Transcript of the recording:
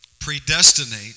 predestinate